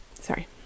Sorry